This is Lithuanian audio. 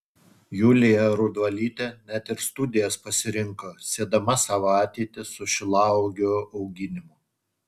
julija rudvalytė net ir studijas pasirinko siedama savo ateitį su šilauogių auginimu